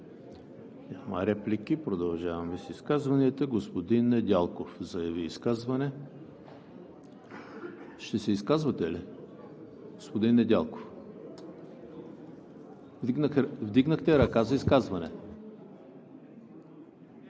Няма. Продължаваме с изказванията. Господин Недялков заяви изказване. Ще се изкажете ли, господин Недялков? Вдигнахте ръка за изказване.